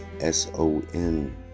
S-O-N